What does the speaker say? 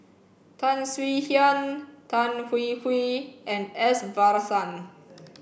Tan Swie Hian Tan Hwee Hwee and S Varathan